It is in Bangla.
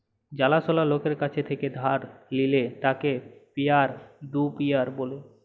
জালা সলা লকের কাছ থেক্যে ধার লিলে তাকে পিয়ার টু পিয়ার ব্যলে